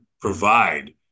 provide